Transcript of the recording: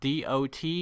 dot